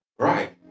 Right